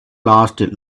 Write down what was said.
lasted